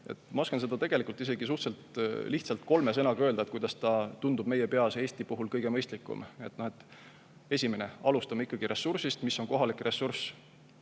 Ma oskan seda tegelikult isegi suhteliselt lihtsalt kolme sõnaga öelda, kuidas ta tundub meie peas Eesti puhul kõige mõistlikum. Esimene: alustame ikkagi ressursist, mis on kohalik ressurss.